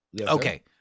Okay